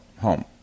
home